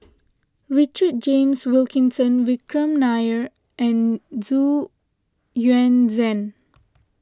Richard James Wilkinson Vikram Nair and Xu Yuan Zhen